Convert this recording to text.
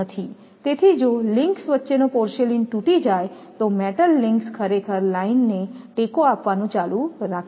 તેથી જો લિંક્સ વચ્ચેનો પોર્સેલેઇન તૂટી જાય તો મેટલ લિંક્સ ખરેખર લાઇનને ટેકો આપવાનું ચાલુ રાખે છે